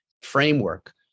framework